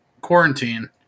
quarantine